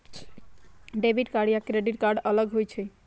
Debit card या credit card अलग होईछ ई?